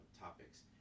topics